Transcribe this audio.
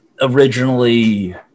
originally